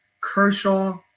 Kershaw